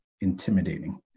intimidating